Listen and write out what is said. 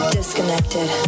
Disconnected